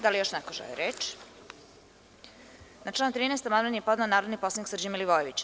Da li još neko želi reč? (Ne) Na član 13. amandman je podneo narodni poslanik Srđan Milivojević.